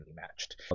matched